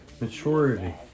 maturity